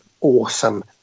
awesome